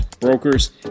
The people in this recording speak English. brokers